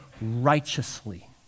righteously